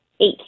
eight